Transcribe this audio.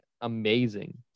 amazing